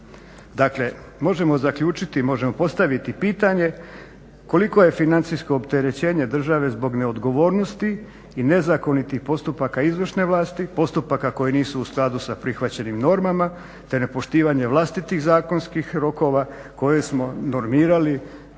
Dakle, možemo zaključiti i možemo postaviti pitanje koliko je financijsko opterećenje države zbog neodgovornosti i nezakonitih postupaka izvršne vlasti, postupaka koji nisu u skladu sa prihvaćenim normama, te nepoštivanje vlastitih zakonskih rokova koje smo normirali